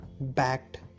backed